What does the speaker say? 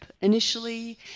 initially